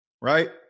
right